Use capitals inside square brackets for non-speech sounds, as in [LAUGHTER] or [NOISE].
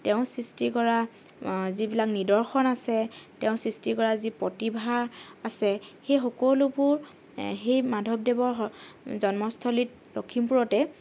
তেওঁ সৃষ্টি কৰা যিবিলাক নিদৰ্শন আছে তেওঁ সৃষ্টি কৰা যি প্ৰতিভা আছে সেইসকলোবোৰ সেই মাধৱদেৱৰ [UNINTELLIGIBLE] জন্মস্থলীত লখিমপুৰতে